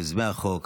מיוזמי החוק,